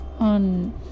On